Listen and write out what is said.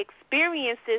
experiences